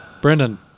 Brendan